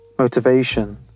Motivation